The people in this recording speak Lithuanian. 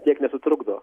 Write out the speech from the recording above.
tiek nesutrukdo